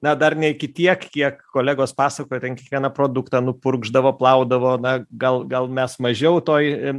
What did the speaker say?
na dar ne iki tiek kiek kolegos pasakoja ten kiekvieną produktą nupurkšdavo plaudavo na gal gal mes mažiau toj